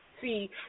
See